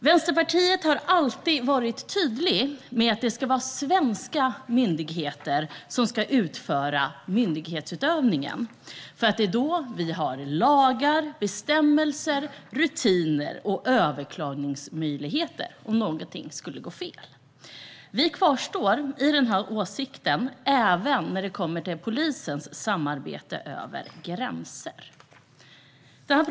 Vänsterpartiet har alltid varit tydligt med att det ska vara svenska myndigheter som utför myndighetsutövningen, eftersom det är då vi har lagar, bestämmelser, rutiner och överklagandemöjligheter om något skulle gå fel. Vi kvarstår i denna åsikt även när det gäller polisens samarbete över gränserna.